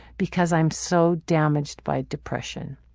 because i'm so damaged by depression.